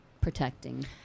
protecting